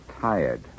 tired